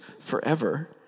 forever